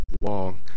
long